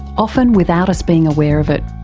often without us being aware of it.